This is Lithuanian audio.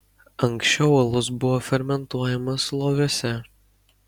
anksčiau alus buvo fermentuojamas loviuose